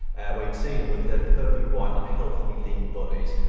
where you'd see them with their pearly white, unhealthily lean bodies,